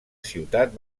ciutat